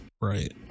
Right